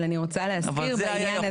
אבל אני רוצה להזכיר בעניין הזה --- אבל זה